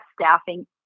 staffing